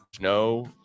No